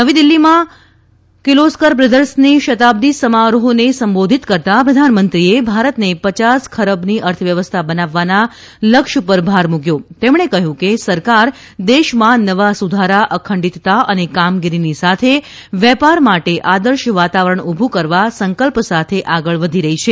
નવી દિલ્ફીમાં કિર્લોસ્કર બ્રધર્સની શતાબ્દી સમારોહને સંબોધિત કરતા પ્રધાનમંત્રીએ ભારતને પયાસ ખરબની અર્થવ્યવસ્થા બનાવવાના લક્ષ્ય પર ભાર મુક્યો તેમણે કહ્યું કે સરકાર દેશમાં નવા સુધારો અખંડિતતા અને કામગીરીની સાથે વેપાર માટે આદર્શ વાતાવરણ ઉભું કરવા સંકલ્પ સાથે આગળ વધી રહી છે